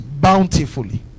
bountifully